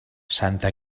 santa